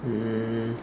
um